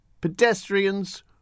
pedestrians